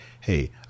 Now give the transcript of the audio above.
hey